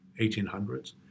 1800s